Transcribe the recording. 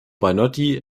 banotti